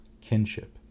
kinship